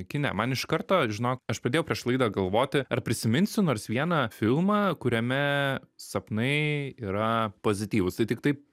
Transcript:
kine man iš karto žinok aš pradėjau prieš laidą galvoti ar prisiminsiu nors vieną filmą kuriame sapnai yra pozityvūs tai tiktai